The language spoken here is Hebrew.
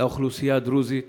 לאוכלוסייה הדרוזית